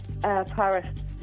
Paris